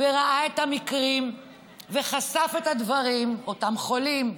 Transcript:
וראה את המקרים וחשף את הדברים, אותם חולים,